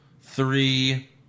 three